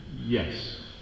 Yes